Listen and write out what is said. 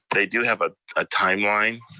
they do have a ah timeline